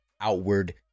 outward